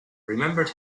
remembered